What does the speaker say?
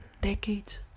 decades